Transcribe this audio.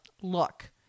look